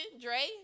Dre